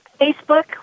Facebook